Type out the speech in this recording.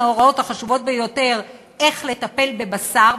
על ההוראות החשובות ביותר איך לטפל בבשר,